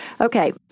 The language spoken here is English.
Okay